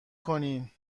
کنین